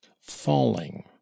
falling